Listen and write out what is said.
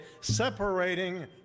separating